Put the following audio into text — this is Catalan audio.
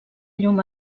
llum